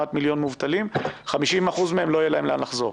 כמעט מיליון מובטלים 50% מהם לא יהיה להם לאן לחזור.